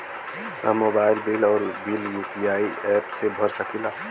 हम mobile bill और bill UPI app से भर सकिला